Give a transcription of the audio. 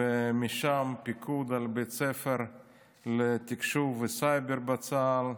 משם פיקוד על בית ספר לתקשוב וסייבר בצה"ל,